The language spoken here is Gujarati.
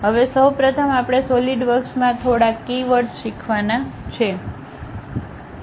હવે સૌ પ્રથમ આપણે સોલિડ વર્ક્સમાં થોડા કીવર્ડ્સ શીખવાના છે